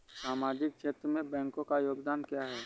सामाजिक क्षेत्र में बैंकों का योगदान क्या है?